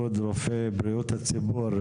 יו"ר איגוד רופאי בריאות הציבור.